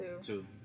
Two